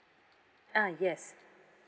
ah yes